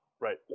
Right